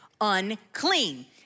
unclean